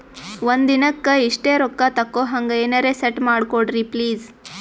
ಒಂದಿನಕ್ಕ ಇಷ್ಟೇ ರೊಕ್ಕ ತಕ್ಕೊಹಂಗ ಎನೆರೆ ಸೆಟ್ ಮಾಡಕೋಡ್ರಿ ಪ್ಲೀಜ್?